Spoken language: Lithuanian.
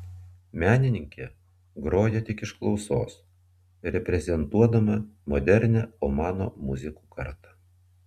menininkė groja tik iš klausos reprezentuodama modernią omano muzikų kartą